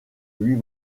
huit